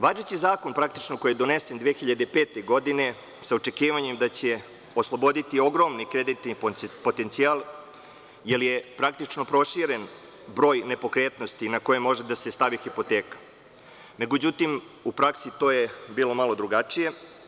Važeći zakon, koji je donesen 2005. godine sa očekivanjem da će osloboditi ogroman kreditni potencijal, jer je praktično proširen broj nepokretnosti na koji može da se stavi hipoteka, međutim, u praksi je bilo malo drugačije.